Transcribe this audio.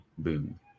Boom